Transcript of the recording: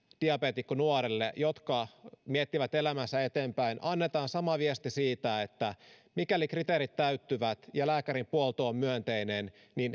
diabeetikkonuorille jotka miettivät elämäänsä eteenpäin annetaan viesti siitä että mikäli kriteerit täyttyvät ja lääkärin puolto on myönteinen